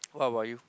what about you